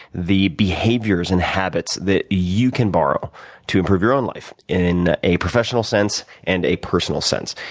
the behaviors and habits that you can borrow to improve your own life in a professional sense and a personal sense.